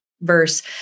verse